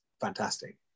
fantastic